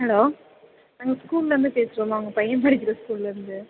hello நாங்கள் ஸ்கூல்லேருந்து பேசுகிறோமா உங்கள் பையன் படிக்கிற ஸ்கூல்லேருந்து